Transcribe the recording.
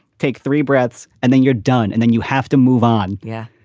take three breaths and then you're done and then you have to move on yeah,